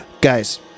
guys